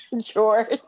George